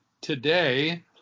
today